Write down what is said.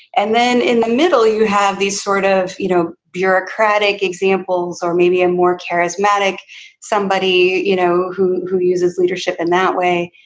and then in the middle, you have these sort of you know bureaucratic examples or maybe a more charismatic somebody you know who who uses leadership in that way.